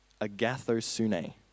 Agathosune